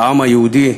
העם היהודי,